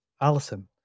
Allison